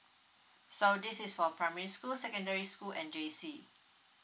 so this is for primary school secondary school and J_C